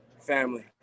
family